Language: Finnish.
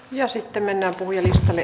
ja sitten mennään puhujalistalle